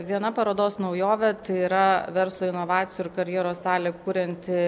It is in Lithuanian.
viena parodos naujovė tai yra verslo inovacijų ir karjeros salė kurianti